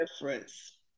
Difference